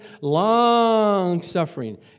Long-suffering